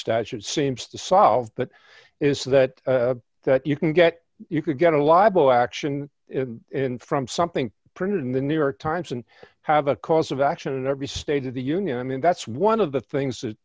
statute seems to solve that is that that you can get you could get a libel action in from something printed in the new york times and have a cause of action in every state of the union i mean that's one of the things that